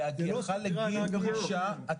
בהגיעך לגיל פרישה,